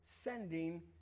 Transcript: sending